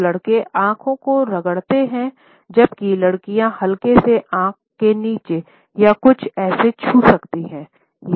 तोलड़के आँख को रगड़ते हैं जबकि लड़कियाँ हल्के से आँख के नीचे या कुछ ऐसे छू सकती है